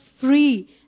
free